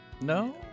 No